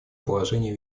положения